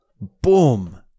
Boom